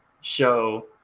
show